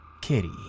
Kitty